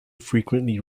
frequently